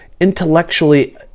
intellectually